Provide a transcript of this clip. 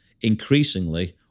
increasingly